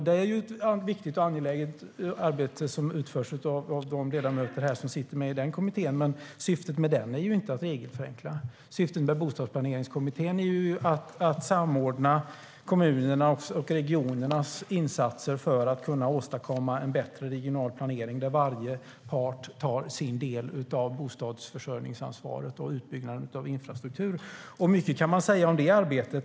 De riksdagsledamöter som sitter med i den kommittén utför ett viktigt och angeläget arbete, men syftet är inte att regelförenkla. Syftet med Bostadsplaneringskommittén är att samordna kommunernas och regionernas insatser för att kunna åstadkomma en bättre regional planering där varje part tar sin del av bostadsförsörjningsansvaret och utbyggnaden av infrastruktur. Mycket kan sägas om det arbetet.